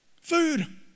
Food